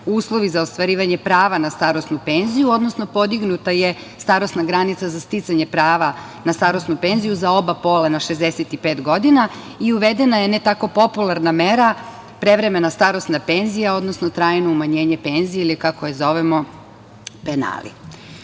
uslovi za ostvarivanja prava na starosnu penziju, odnosno podignuta je starosna granica za sticanje prava na starosnu penziju za oba pola na 65 godina i uvedena je, ne tako popularna mera, prevremena starosna penzija, odnosno trajno umanjenje penzije ili kako je zovemo –